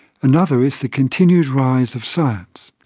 another is the continued rise of science.